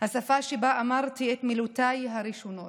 השפה שבה אמרתי את מילותיי הראשונות,